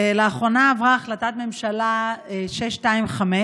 לאחרונה עברה החלטת ממשלה 625,